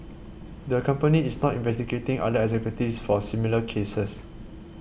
the company is not investigating other executives for similar cases